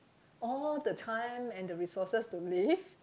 all the time and the resources to live